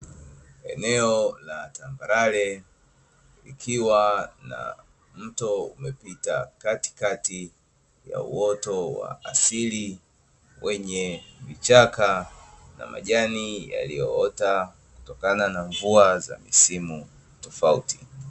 Eneo la tambarare likiwa na mto umepita katikati ya uoto wa asili, wenye vichaka na majani yaliyoota kutokana na mvua za misimu tofauti.